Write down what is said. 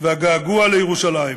ואת הגעגוע לירושלים.